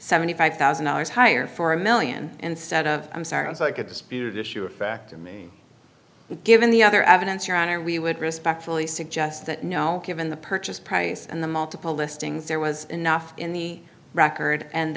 seventy five thousand dollars higher for a one million instead of i'm sorry it's like a disputed issue of fact to me given the other evidence your honor we would respectfully suggest that no given the purchase price and the multiple listings there was enough in the record and